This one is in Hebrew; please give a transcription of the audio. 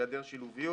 היעדר שילוביות.